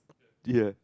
the ya